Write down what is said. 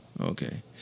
Okay